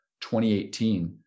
2018